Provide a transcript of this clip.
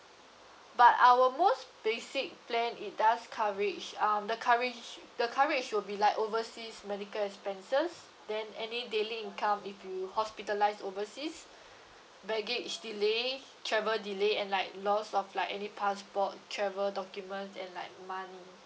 but our most basic plan it does coverage um the coverage the coverage will be like overseas medical expenses then any daily income if you hospitalised overseas baggage delay travel delay and like loss of like any passport travel documents and like money